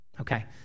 Okay